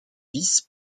vice